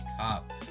cop